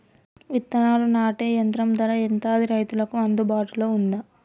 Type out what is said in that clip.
విత్తనాలు నాటే యంత్రం ధర ఎంత అది రైతులకు అందుబాటులో ఉందా?